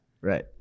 Right